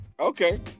Okay